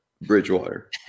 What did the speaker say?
Bridgewater